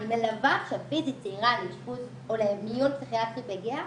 אני מלווה פיזית צעירה לאשפוז או למיון פסיכיאטרי בגהה